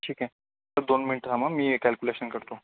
ठीक आहे तर दोन मिनटं थांबा मी कॅल्क्युलेशन करतो